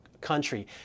country